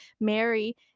mary